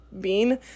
Bean